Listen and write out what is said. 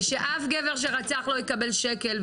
ושאף גבר שרצח לא יקבל שקל.